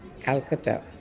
Calcutta